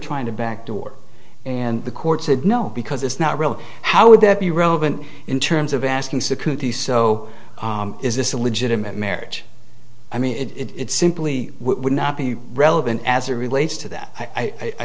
trying to backdoor and the court said no because it's not really how would that be relevant in terms of asking security so is this a legitimate marriage i mean it simply would not be relevant as it relates to that i